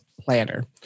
planner